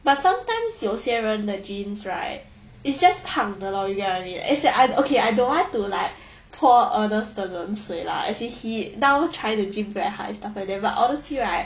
but sometimes 有些人的 genes right it's just 胖的 lor you get what I mean as in I okay I don't want to like let poor ernest 的冷水 lah as in he now trying to gym back and hide stuff like that but honestly right